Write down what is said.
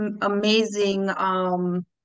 amazing